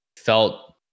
felt